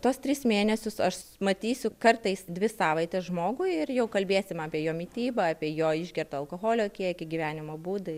tuos tris mėnesius aš matysiu kartais dvi savaites žmogui ir jau kalbėsim apie jo mitybą apie jo išgertą alkoholio kiekį gyvenimo būdą